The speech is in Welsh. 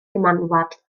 gymanwlad